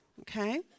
okay